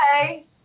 Hey